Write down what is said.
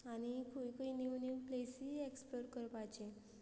आनी खूंय खूंय न्यूव न्यूव प्लेसी एक्सप्लोर करपाचें